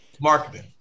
Marketing